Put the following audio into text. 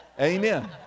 Amen